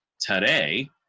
today